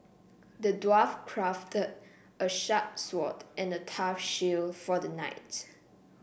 the dwarf crafted a sharp sword and a tough shield for the knight